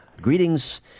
Greetings